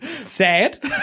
Sad